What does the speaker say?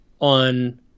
on